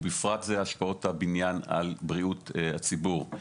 ובפרט זה השפעות הבניין על בריאות הציבור.